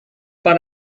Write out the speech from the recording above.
but